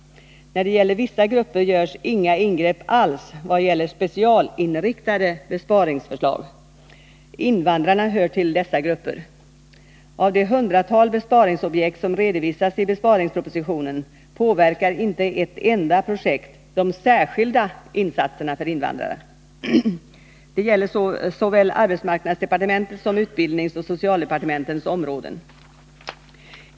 När det gäller vissa grupper görs inga ingrepp alls vad gäller specialinriktade besparingsförslag. Invandrarna hör till dessa grupper. Av det hundratal besparingsprojekt som redovisas i besparingspropositionen påverkar inte ett enda projekt de särskilda insatserna för invandrare. Det gäller såväl arbetsmarknadsdepartementets område som utbildningsoch socialdepartementens områden.